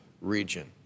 region